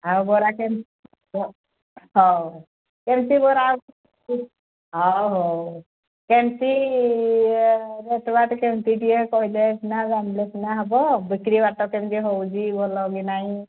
ହଁ ବରା କେମିତି ହଁ କେମିତି ବରା କହିଲେ ସିନା ହେବ ବିକ୍ରି ବାଟ କେମିତି ହେଉଛି କି ନାହିଁ